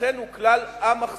לכן הוא כלל א-מחזורי,